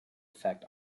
effect